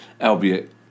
albeit